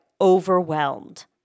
overwhelmed